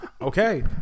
Okay